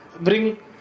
bring